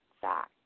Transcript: fact